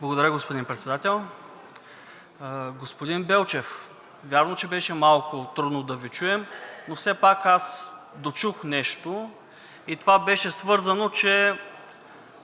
Благодаря, господин Председател. Господин Белчев, вярно, че беше малко трудно да Ви чуем, но все пак аз дочух нещо и то беше свързано, че